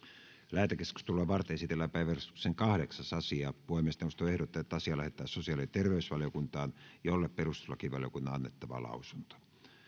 lähetekeskustelua varten esitellään päiväjärjestyksen kahdeksas asia puhemiesneuvosto ehdottaa että asia lähetetään sosiaali ja terveysvaliokuntaan jolle perustuslakivaliokunnan on annettava lausunto